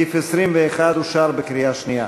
סעיף 21 אושר בקריאה שנייה.